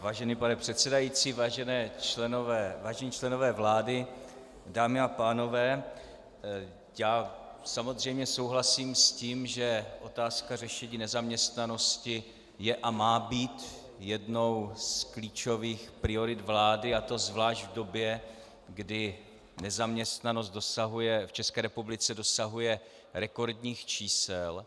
Vážený pane předsedající, vážení členové vlády, dámy a pánové, já samozřejmě souhlasím s tím, že otázka řešení nezaměstnanosti je a má být jednou z klíčových priorit vlády, a to zvlášť v době, kdy nezaměstnanost v České republice dosahuje rekordních čísel.